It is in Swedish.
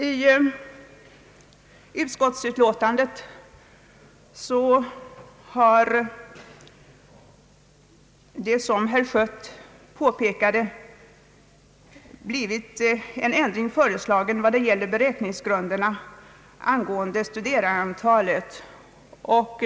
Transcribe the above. I utskottsutlåtandet har, som herr Schött påpekade, föreslagits en ändring av beräkningsgrunderna för studerandeantalet.